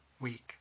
Week